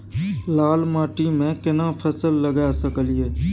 लाल माटी में केना फसल लगा सकलिए?